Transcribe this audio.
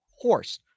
horse